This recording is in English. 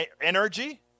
energy